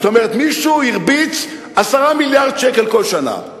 זאת אומרת, מישהו הרביץ 10 מיליארד שקל כל שנה.